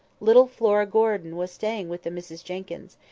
little flora gordon was staying with the misses jenkyns,